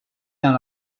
dans